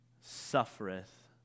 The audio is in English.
suffereth